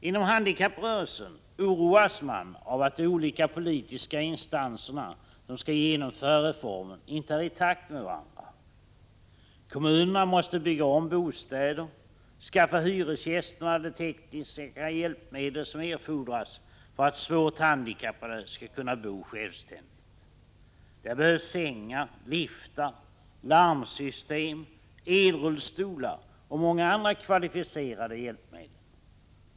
Inom handikapprörelsen oroas man av att de olika politiska instanser som skall genomföra reformen inte är i takt med varandra. Kommunerna måste bygga om bostäder, skaffa hyresgästerna de tekniska hjälpmedel som erfordras för att svårt handikappade skall kunna bo självständigt. Där behövs sängar, liftar, larmsystem, elrullstolar och många andra kvalificerade hjälpmedel.